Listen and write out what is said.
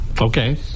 Okay